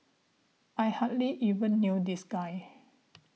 I hardly even knew this guy